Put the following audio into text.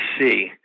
see